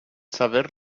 saber